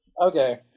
Okay